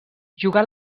jugà